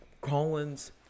Collins